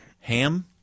Ham